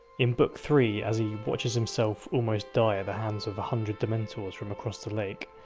in book three, as he watches himself almost die at the hands of a hundred dementors from across the lake,